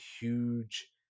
huge